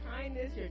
kindness